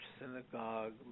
synagogue